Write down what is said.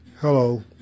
Hello